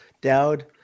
dowd